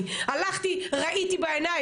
הוא נכנס לכלא כי הוא עבר עבירה.